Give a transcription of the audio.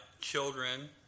children